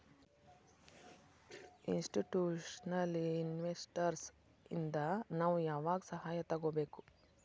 Institutional investors ಇಂದಾ ನಾವು ಯಾವಾಗ್ ಸಹಾಯಾ ತಗೊಬೇಕು?